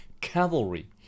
cavalry